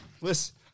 listen